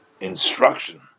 instruction